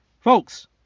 Folks